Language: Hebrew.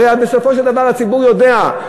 הרי בסופו של דבר הציבור יודע: